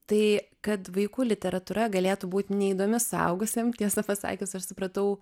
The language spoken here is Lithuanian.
tai kad vaikų literatūra galėtų būt neįdomi suaugusiem tiesą pasakius aš supratau